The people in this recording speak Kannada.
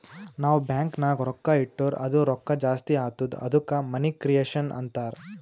ನಾವ್ ಬ್ಯಾಂಕ್ ನಾಗ್ ರೊಕ್ಕಾ ಇಟ್ಟುರ್ ಅದು ರೊಕ್ಕಾ ಜಾಸ್ತಿ ಆತ್ತುದ ಅದ್ದುಕ ಮನಿ ಕ್ರಿಯೇಷನ್ ಅಂತಾರ್